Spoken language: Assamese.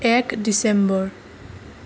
এক ডিচেম্বৰ